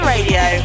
Radio